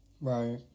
Right